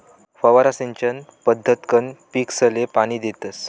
फवारा सिंचन पद्धतकंन पीकसले पाणी देतस